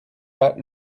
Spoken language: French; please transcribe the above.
pas